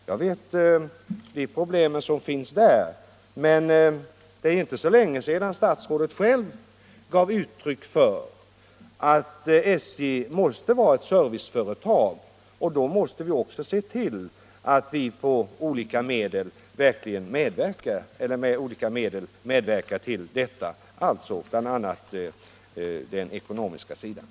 Jag känner till de problem som finns på det området, men det är inte så länge sedan som statsrådet själv yttrade att SJ måste vara ett serviceföretag, och i så fall måste vi också se till att vi med olika medel verkligen medverkar till att möjliggöra detta, bl.a. i ekonomiskt avseende.